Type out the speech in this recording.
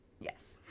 Yes